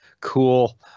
Cool